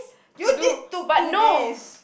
you did took two days